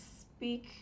speak